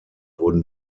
wurden